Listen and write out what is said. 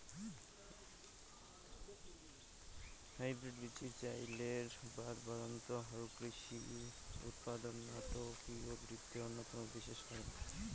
hybrid বীচির চইলের বাড়বাড়ন্ত হালকৃষি উৎপাদনত নাটকীয় বিদ্ধি অইন্যতম বিশেষ কারণ